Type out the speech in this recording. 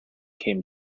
came